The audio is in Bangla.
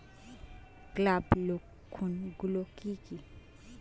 স্ক্যাব লক্ষণ গুলো কি কি?